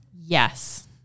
Yes